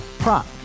Prop